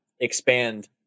expand